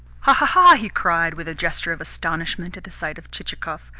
ha, ha, ha! he cried with a gesture of astonishment at the sight of chichikov.